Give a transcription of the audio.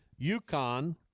UConn